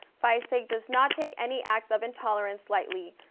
phi sig does not take any acts of intolerance lightly,